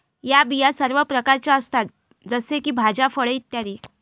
या बिया सर्व प्रकारच्या असतात जसे की भाज्या, फळे इ